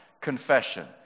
confession